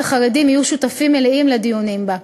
החרדים יהיו שותפים מלאים לדיונים בה.